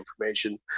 information